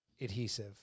adhesive